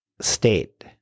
State